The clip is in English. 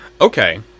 Okay